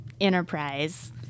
enterprise